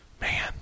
Man